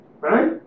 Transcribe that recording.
Right